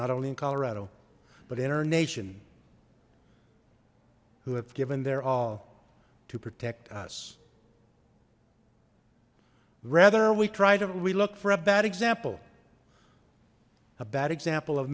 not only in colorado but in our nation who have given their all to protect us rather we try to we look for a bad example a bad example of